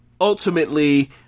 Ultimately